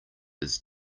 his